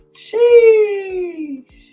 Sheesh